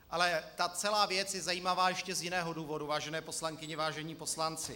Ale ta celá věc je zajímavá ještě z jiného důvodu, vážené poslankyně, vážení poslanci.